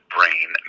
Brain